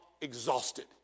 exhausted